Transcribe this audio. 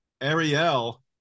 Ariel